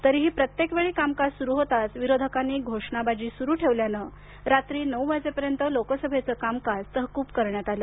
तरीही प्रत्येक वेळी कामकाज सुरू होताच विरोधकांनी घोषणाबाजी सुरू ठेवल्यानं रात्री नऊ वाजेपर्यंत लोकसभेचं कामकाज तहकूब करण्यात आलं